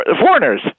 foreigners